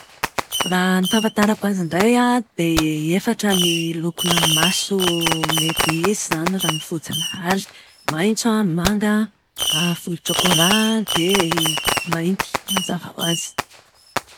Raha ny fahafantarako azy indray an, dia efatra ny lokona maso mety hisy izany raha ny voajanahary. Maitso, manga volon-tsokola dia mainty mazava ho azy.